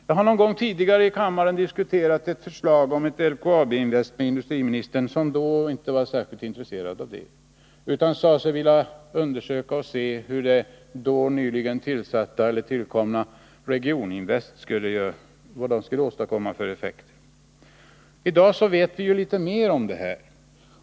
Jag har tidigare i kammaren diskuterat ett eventuellt LKAB-invest med industriministern, som då inte var särskilt intresserad, utan ville avvakta vad det då nyligen tillskapade Regioninvest skulle kunna åstadkomma för effekter. I dag vet vi ju litet mer.